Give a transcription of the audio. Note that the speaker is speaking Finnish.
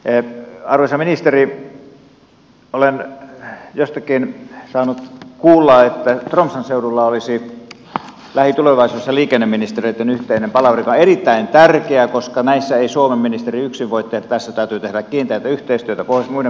arvoisa ministeri olen jostakin saanut kuulla että tromssan seudulla olisi lähitulevaisuudessa liikenneministereitten yhteinen palaveri joka on erittäin tärkeä koska näissä ei suomen ministeri yksin voi tehdä päätöksiä tässä täytyy tehdä kiinteätä yhteistyötä muiden pohjoismaiden kanssa